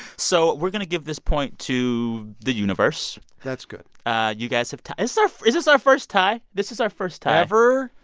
so we're going to give this point to the universe that's good you guys have tied. is so is this our first tie? this is our first tie ever?